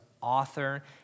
author